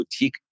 boutique